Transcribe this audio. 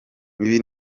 ibi